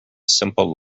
simple